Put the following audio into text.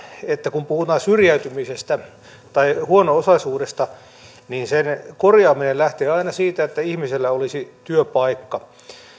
että kun puhutaan syrjäytymisestä tai huono osaisuudesta niin sen korjaaminen lähtee aina siitä että ihmisellä olisi työpaikka